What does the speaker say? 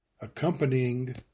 accompanying